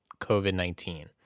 COVID-19